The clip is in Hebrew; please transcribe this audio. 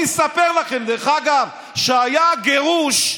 אני אספר לכם, דרך אגב, כשהיה הגירוש,